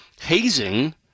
hazing